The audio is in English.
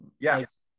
yes